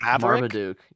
Marmaduke